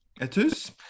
etus